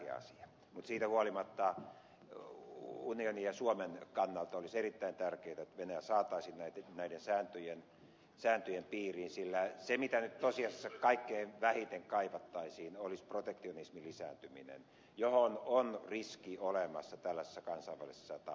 mutta siitä huolimatta unionin ja suomen kannalta olisi erittäin tärkeää että venäjä saataisiin näiden sääntöjen piiriin sillä se mitä nyt tosiasiassa kaikkein vähiten kaivattaisiin olisi protektionismin lisääntyminen johon on riski olemassa tällaisessa kansainvälisessälta